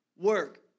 work